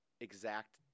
exact